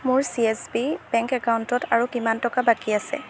মোৰ S B I bank একাউণ্টত আৰু কিমান টকা বাকী আছে